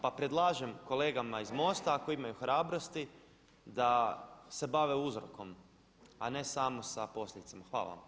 Pa predlažem kolegama iz MOST-a ako imaju hrabrosti da se bave uzrokom a ne samo sa posljedicama.